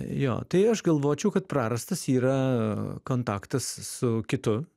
jo tai aš galvočiau kad prarastas yra kontaktas su kitu